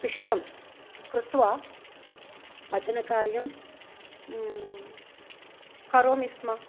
पिष्टं कृत्वा पचनकार्यं करोमि स्म